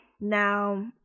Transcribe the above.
now